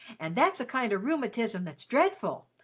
and that's a kind of rheumatism that's dreadful.